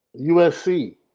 USC